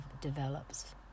develops